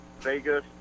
Vegas